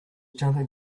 jumping